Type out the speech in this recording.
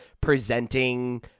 presenting